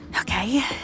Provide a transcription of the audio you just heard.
Okay